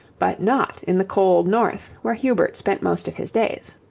but not in the cold north where hubert spent most of his days.